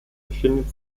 befindet